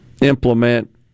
implement